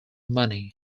money